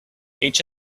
each